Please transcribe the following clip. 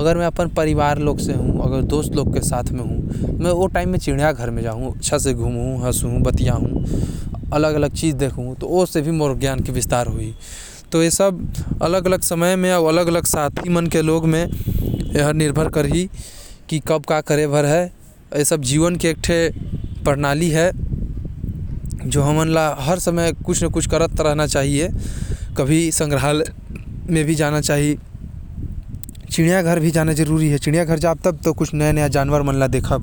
अगर मैं अपन परिवार साथ अउ दोस्त मन साथ निकलहु तो मैं चिड़ियाघर जाहूं जहा मैं ओमन के साथ मजा कर सकहु।